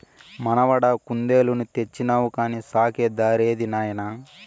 మనవడా కుందేలుని తెచ్చినావు కానీ సాకే దారేది నాయనా